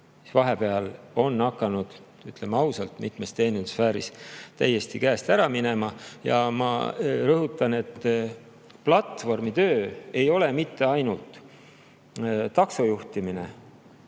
Vahepeal on see hakanud, ütleme ausalt, mitmes teenindussfääris täiesti käest ära minema. Ja ma rõhutan, et platvormitöö ei ole mitte ainult taksojuhtimine